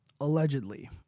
Allegedly